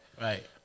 Right